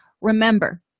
Remember